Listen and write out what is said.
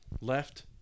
left